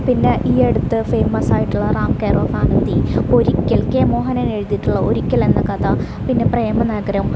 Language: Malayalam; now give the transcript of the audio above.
പിന്നെ ഈ അടുത്തു ഫെയ്മസായിട്ടുള്ള Ram care of Anandi Orikkal K മോഹനനെഴുതിയിട്ടുള്ള ഒരിക്കൽ എന്ന കഥ പിന്നെ പ്രേമ നഗരം